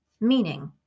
meaning